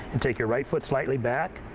and take your right foot slightly back,